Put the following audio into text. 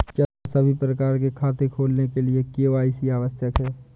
क्या सभी प्रकार के खाते खोलने के लिए के.वाई.सी आवश्यक है?